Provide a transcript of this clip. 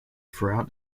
throughout